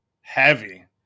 Heavy